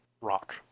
rock